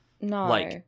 No